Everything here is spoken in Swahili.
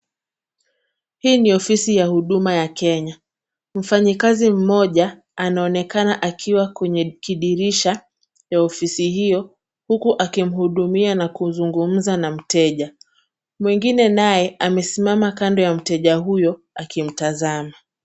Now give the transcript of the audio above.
Hii ni ofisi ya huduma ya Kenya. Mfanyikazi mmoja, anaonekana akiwa kwenye kidirisha ya ofisi hiyo, huku akimhudumia na kuzungumza na mteja. Mwingine naye amesimama kando ya mteja huyo, akimtazama.